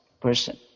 person